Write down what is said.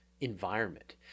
environment